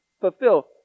fulfill